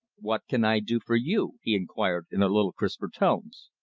what can i do for you? he inquired in a little crisper tones.